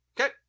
Okay